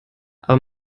aber